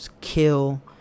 kill